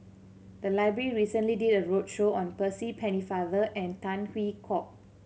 the library recently did a roadshow on Percy Pennefather and Tan Hwee Hock